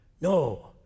no